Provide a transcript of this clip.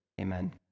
Amen